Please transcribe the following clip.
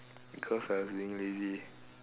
because I was being lazy